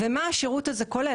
מה השירות הזה כולל?